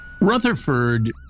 Rutherford